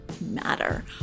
matter